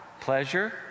pleasure